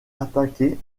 attaquée